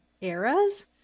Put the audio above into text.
eras